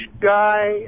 guy